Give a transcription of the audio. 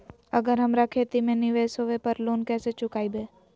अगर हमरा खेती में निवेस होवे पर लोन कैसे चुकाइबे?